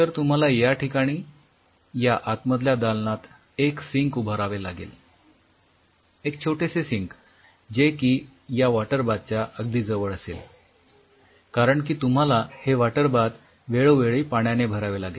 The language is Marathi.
तर तुम्हाला याठिकाणी या आतमधल्या दालनात एक सिंक उभारावे लागेल एक छोटेसे सिंक जे की या वॉटर बाथ च्या अगदी जवळ असेल कारण की तुम्हाला हे वॉटर बाथ वेळोवेळी पाण्याने भरावे लागेल